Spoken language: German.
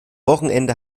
wochenende